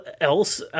else